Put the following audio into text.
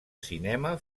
cinema